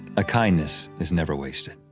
a kindness is never wasted.